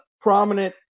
prominent